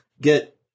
get